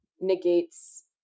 negates